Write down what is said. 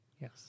Yes